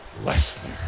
Lesnar